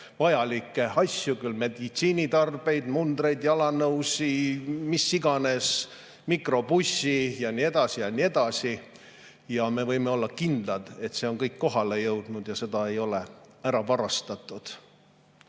vajalikke asju, küll meditsiinitarbeid, mundreid, jalanõusid, mis iganes, mikrobussi, ja nii edasi ja nii edasi. Ja me võime olla kindlad, et see on kõik kohale jõudnud ja seda ei ole ära varastatud.